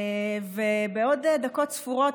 ובעוד דקות ספורות,